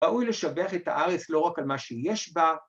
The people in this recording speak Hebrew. ‫ראוי לשבח את הארץ ‫לא רק על מה שיש בה,